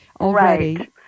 already